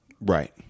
right